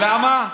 למה?